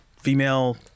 female